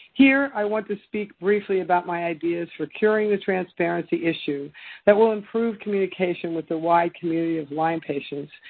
here i want to speak briefly about my ideas for curing the transparency issue that will improve communication with the wide community of lyme patients,